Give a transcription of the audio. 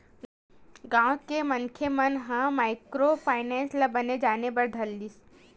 गाँव के मनखे मन ह माइक्रो फायनेंस ल बने जाने बर धर लिस